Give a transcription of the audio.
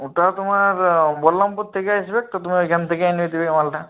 ওটা তোমার বল্লমপুর থেকে আসবে তো তুমি ওইখান থেকে এনে দেবে মালটা